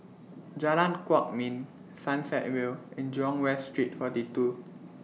Jalan Kwok Min Sunset Vale and Jurong West Street forty two